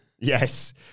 Yes